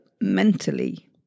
mentally